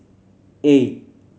eight